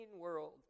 world